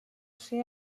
ser